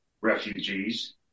refugees